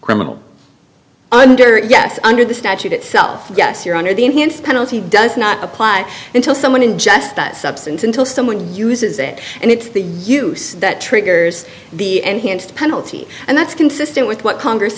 criminal under yes under the statute itself yes your honor the enhanced penalty does not apply until someone ingest that substance until someone uses it and it's the use that triggers the enhanced penalty and that's consistent with what congress